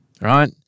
right